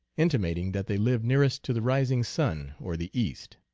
intimating that they live nearest to the rising sun or the east.